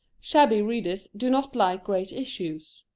shabby readers do not like great issues.